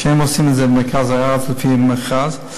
הפועלות במרכז הארץ לפי מכרז,